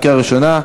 קריאה ראשונה,